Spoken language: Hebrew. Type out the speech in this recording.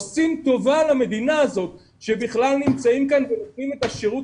עושים טובה למדינה הזאת שהם בכלל נמצאים כאן ונותנים את השירות